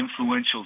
influential